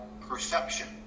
perception